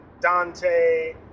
Dante